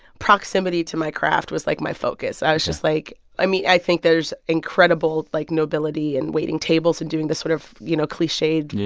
proximity to my craft was, like, my focus. i was. yeah. just, like i mean, i think there's incredible, like, nobility in waiting tables and doing the sort of, you know, cliched. yeah.